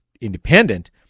independent